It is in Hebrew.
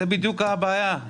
זו בדיוק הבעיה.